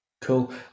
Cool